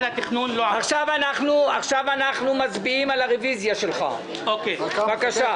אנחנו מצביעים על הרביזיה שלך, בבקשה.